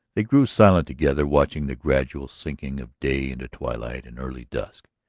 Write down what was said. they grew silent together, watching the gradual sinking of day into twilight and early dusk.